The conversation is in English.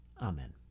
Amen